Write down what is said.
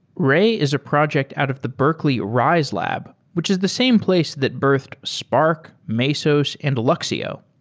ray is a project out of the berkeley riselab, which is the same place that birthed spark, mesos and luxio.